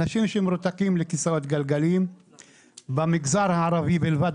אנשים שמרותקים לכיסאות גלגלים במגזר הערבי בלבד